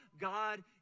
god